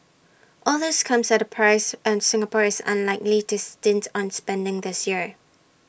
all this comes at A price and Singapore is unlikely to stint on spending this year